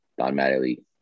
automatically